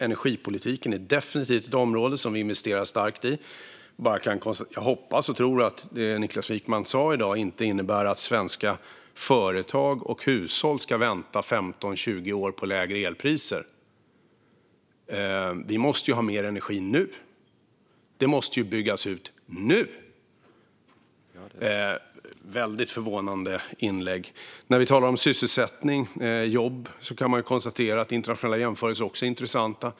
Energipolitiken är definitivt ett område som vi investerar starkt i. Jag hoppas och tror att det Niklas Wykman sa i dag inte innebär att svenska företag och hushåll ska vänta 15-20 år på lägre elpriser. Vi måste ha mer energi nu. Det måste byggas ut nu. Det var ett väldigt förvånande inlägg från Niklas Wykman. När vi talar om sysselsättning och jobb kan vi konstatera att internationella jämförelser är intressanta.